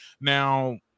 now